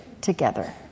together